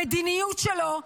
המדיניות שלו,